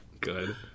Good